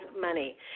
money